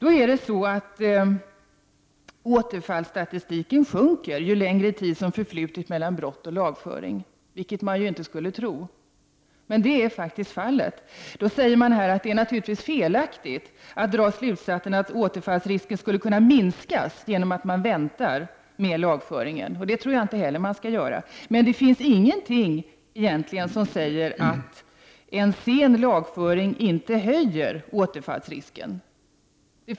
Återfallsfrekvensen sjunker ju längre tid som har förflutit mellan brott och lagföring, vilket man inte skulle tro. Men det är faktiskt fallet. Då säger man att det naturligtvis är felaktigt att dra slutsatsen att återfallsrisken skulle kunna minskas genom att vi väntar med lagföring. Det tror jag inte heller man skall göra. Det finns egentligen ingenting som säger att sen lagföring inte höjer återfallsrisken.